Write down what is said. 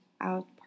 out